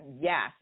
yes